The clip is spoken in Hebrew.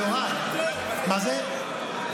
מה הוא אומר, מיקי?